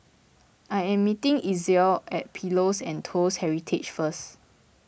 I am meeting Itzel at Pillows and Toast Heritage first